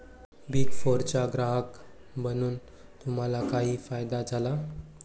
Big फोरचा ग्राहक बनून तुम्हाला काही फायदा झाला?